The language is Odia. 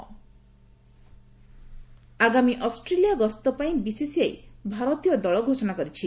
ଚିମ୍ ଇଣ୍ଡିଆ ଆଗାମୀ ଅଷ୍ଟ୍ରେଲିଆ ଗସ୍ତ ପାଇଁ ବିସିସିଆଇ ଭାରତୀୟ ଦଳ ଘୋଷଣା କରିଛି